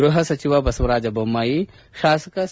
ಗೃಹ ಸಚಿವ ಬಸವರಾಜ ಬೊಮ್ಹಾಯಿ ಶಾಸಕ ಸಿ